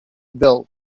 built